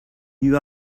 you